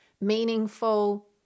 meaningful